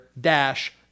dash